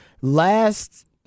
last